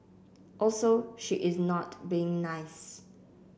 also she is not being nice